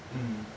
mm